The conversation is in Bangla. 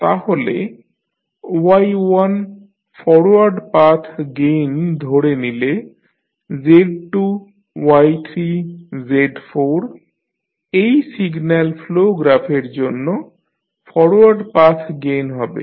তাহলে Y1 ফরওয়ার্ড পাথ গেইন ধরে নিলে Z2 Y3 Z4 এই সিগন্যাল ফ্লো গ্রাফের জন্য ফরওয়ার্ড পাথ গেইন হবে